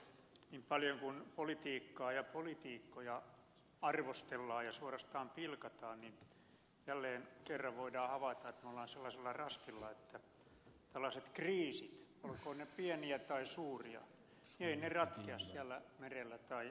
niin paljon kuin politiikkaa ja poliitikkoja arvostellaan ja suorastaan pilkataan niin jälleen kerran voidaan havaita että me olemme sellaisella rastilla että tällaiset kriisit olkoot ne pieniä tai suuria eivät ratkea siellä merellä tai maalla sotien